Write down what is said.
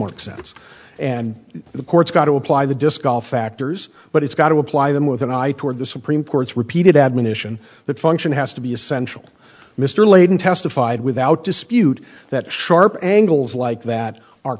k sense and the court's got to apply the disc golf factors but it's got to apply them with an eye toward the supreme court's repeated admonition that function has to be essential mr layton testified without dispute that sharp angles like that are